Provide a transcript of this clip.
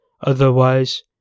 Otherwise